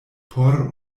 por